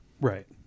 Right